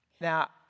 Now